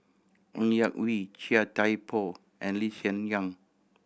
Ng Yak Whee Chia Thye Poh and Lee Hsien Yang